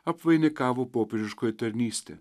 apvainikavo popiežiškoji tarnystė